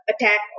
attack